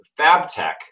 Fabtech